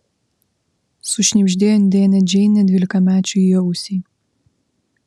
sušnibždėjo indėnė džeinė dvylikamečiui į ausį